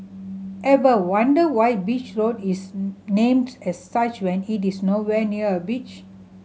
ever wonder why Beach Road is named as such when it is nowhere near a beach